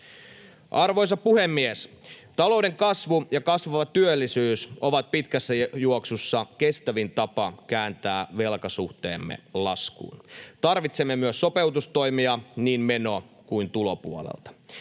Arvoisa puhemies! Talouden kasvu ja kasvava työllisyys ovat pitkässä juoksussa kestävin tapa kääntää velkasuhteemme laskuun. Tarvitsemme myös sopeutustoimia niin meno- kuin tulopuolelta.